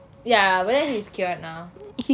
ya but then he's cured now